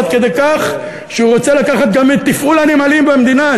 עד כדי כך שהוא רוצה לקחת גם את תפעול הנמלים במדינה,